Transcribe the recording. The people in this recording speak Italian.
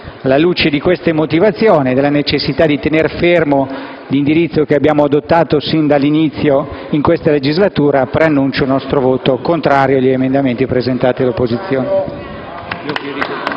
Alla luce di queste motivazioni e della necessità di tener fermo l'indirizzo che abbiamo adottato sin dall'inizio di questa legislatura, annuncio il nostro voto contrario agli emendamenti presentati dall'opposizione.